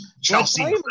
Chelsea